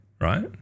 right